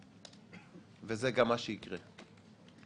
וזה גם מה שיקרה,